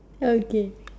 okay